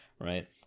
right